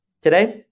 Today